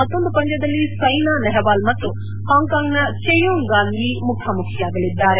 ಮತ್ತೊಂದು ಪಂದ್ಕದಲ್ಲಿ ಸ್ಯೆನಾ ನೆಹ್ವಾಲ್ ಮತ್ತು ಹಾಂಕಾಂಗ್ನ ಚೆಯುಂಗ್ ಗಾನ್ ಯು ಮುಖಾಮುಖಿಯಾಗಲಿದ್ದಾರೆ